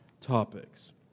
topics